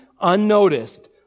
unnoticed